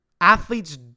athletes